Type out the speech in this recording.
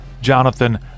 jonathan